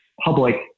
public